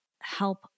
help